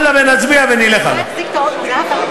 ואללה נצביע ונלך הלאה.